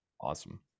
awesome